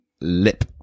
lip